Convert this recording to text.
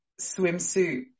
swimsuit